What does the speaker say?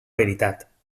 veritat